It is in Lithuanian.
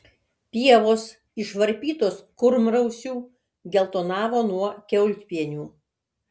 pievos išvarpytos kurmrausių geltonavo nuo kiaulpienių